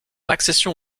accession